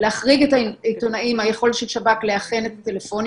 להחריג את העיתונאים מהיכולת של שב"כ לאכן את הטלפונים